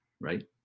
right